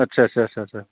आच्चा आच्चा